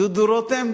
דודו רותם?